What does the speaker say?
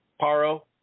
Paro